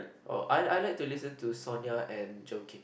oh I I like to listen to Sonia and Joakim